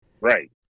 Right